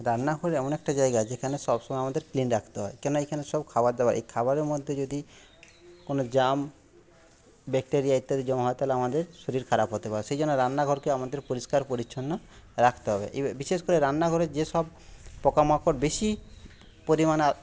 রান্নাঘর এমন একটা জায়গা যেখানে সব সময় আমাদের ক্লীন রাখতে হয় কেন না এখানে সব খাবার দাবার এই খাবারের মধ্যে যদি কোনো জার্ম ব্যাক্টেরিয়া ইত্যাদি জমা হয় তাহলে আমাদের শরীর খারাপ হতে পারে সেই জন্য রান্নাঘরকে আমাদের পরিস্কার পরিচ্ছন্ন রাখতে হবে বিশেষ করে রান্না ঘরের যে সব পোকামাকড় বেশি পরিমাণে